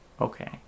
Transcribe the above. Okay